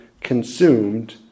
consumed